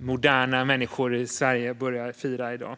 moderna människor i Sverige börjar fira i dag.